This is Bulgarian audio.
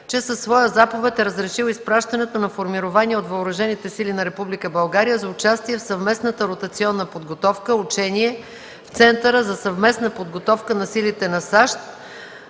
че със своя заповед е разрешил изпращането на формирования от Въоръжените сили на Република България за участие в съвместната ротационна подготовка – учение, в Центъра за съвместна подготовка на Силите на САЩ